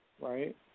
right